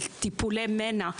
על טיפולי מנע,